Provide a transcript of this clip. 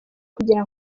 kugira